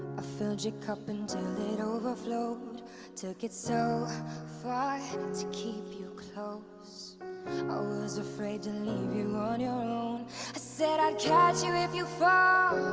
filled your cup until it overflowed took it so far, to keep you close i was afraid to leave you on your own i said i'd catch you if you fall